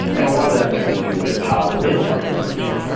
and a lot of that's got to do with how the labor market works. you know,